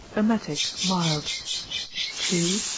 emetic, mild two.